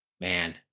Man